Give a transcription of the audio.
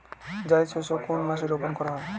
জায়িদ শস্য কোন মাসে রোপণ করা হয়?